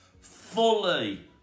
fully